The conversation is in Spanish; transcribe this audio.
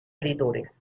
editores